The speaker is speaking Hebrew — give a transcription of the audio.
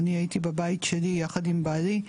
אני הייתי בבית שלי יחד עם בעלי,